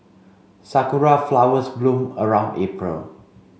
sakura flowers bloom around April